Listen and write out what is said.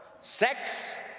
sex